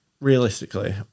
realistically